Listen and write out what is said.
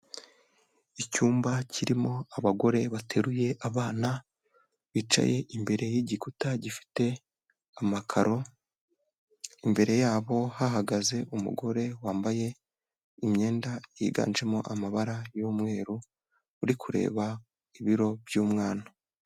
Icyumba kirimo abagore bateruye abana, bicaye imbere y'igikuta gifite amakaro, imbere yabo hahagaze umugore wambaye imyenda yiganjemo amabara y'umweru, uri kureba ibiro by'umwana.